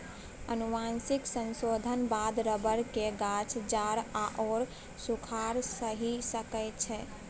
आनुवंशिक संशोधनक बाद रबर केर गाछ जाड़ आओर सूखाड़ सहि सकै छै